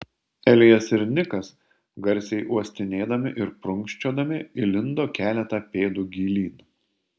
elijas ir nikas garsiai uostinėdami ir prunkščiodami įlindo keletą pėdų gilyn